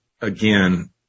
again